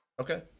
Okay